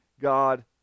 God